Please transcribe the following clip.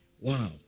Wow